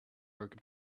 work